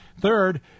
Third